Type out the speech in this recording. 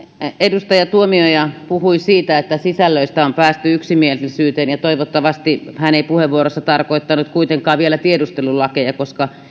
edustaja tuomioja puhui siitä että sisällöistä on päästy yksimielisyyteen toivottavasti hän ei puheenvuorossaan tarkoittanut kuitenkaan vielä tiedustelulakeja koska